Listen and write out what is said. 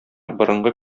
борынгы